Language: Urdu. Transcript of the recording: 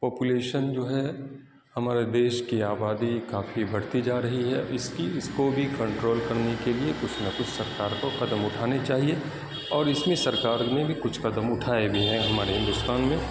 پاپولیشن جو ہے ہمارے دیس کی آبادی کافی بڑھتی جا رہی ہے اس کی اس کو بھی کنٹرول کرنے کے لیے کچھ نہ کچھ سرکار کو قدم اٹھانے چاہیے اور اس میں سرکار نے بھی کچھ قدم اٹھائے بھی ہیں ہمارے ہندوستان میں